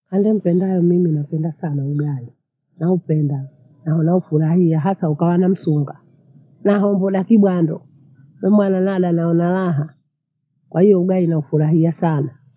Kande mpenda haniuo napenda sana ugali naupenda na naufurahia hasa ukawa na msunga. Na hombo na kibwando emwana nada naona raha, kwahiyo ugali naufurahia sana.